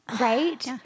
Right